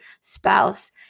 spouse